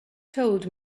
told